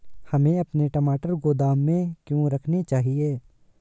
हमें अपने टमाटर गोदाम में क्यों रखने चाहिए?